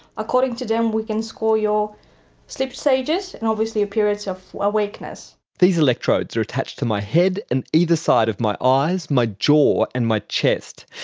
according to them we can score your sleep stages and obviously periods of awakeness. these electrodes are attached to my head and either side of my eyes, my jaw and my chest.